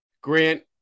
Grant